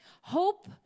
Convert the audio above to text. Hope